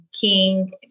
king